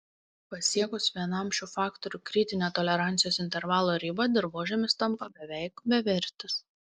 pasiekus vienam šių faktorių kritinę tolerancijos intervalo ribą dirvožemis tampa beveik bevertis